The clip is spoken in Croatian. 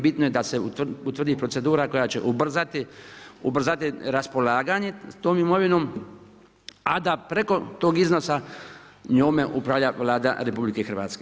Bitno je da se utvrdi procedura koja će ubrzati raspolaganje tom imovinom a da preko tog iznosa njome upravlja Vlada RH.